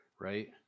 right